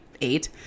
eight